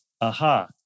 aha